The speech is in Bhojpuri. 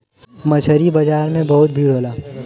मछरी बाजार में बहुत भीड़ होला